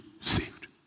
saved